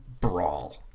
brawl